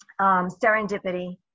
serendipity